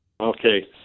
Okay